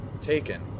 taken